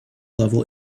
level